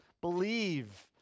believe